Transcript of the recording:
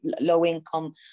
low-income